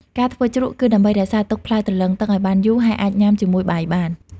ការធ្វើជ្រក់គឺដើម្បី រក្សាទុកផ្លែទ្រលឹងឱ្យបានយូរ ហើយអាចញ៉ាំជាមួយបាយបាន។